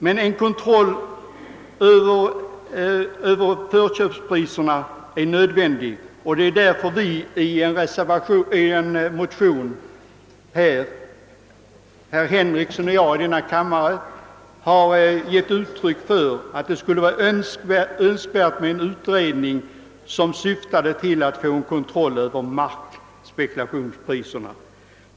Men en kontroll över förköpspriserna är nödvändig, och det är därför vi i en motion, herr Henrikson och jag i denna kammare, har gett uttryck för att det skulle vara önskvärt med en utredning som syftade till att få kontroll över markspekulationspriserna.